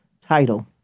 title